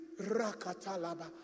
Rakatalaba